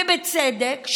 ובצדק,